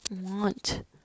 want